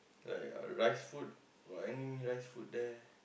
like rice food got any rice food there